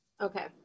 Okay